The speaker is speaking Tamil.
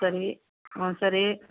சரி ஆ சரி